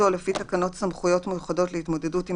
ותקנות סמכויות מיוחדות להתמודדות עם